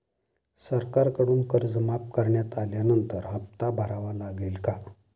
सरकारकडून कर्ज माफ करण्यात आल्यानंतर हप्ता भरावा लागेल का?